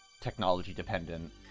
technology-dependent